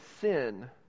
sin